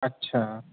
اچھا